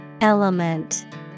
Element